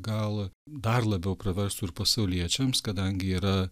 gal dar labiau praverstų ir pasauliečiams kadangi yra